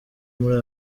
muri